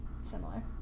similar